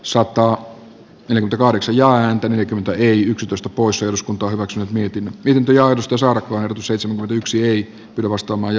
sopraano elinkaareksi ja häntä neljäkymmentä eli yksitoista poissa eduskunta hyväksyi mietinnön pientä ja edustus on seitsemän yksi ei vastaa maj